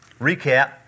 recap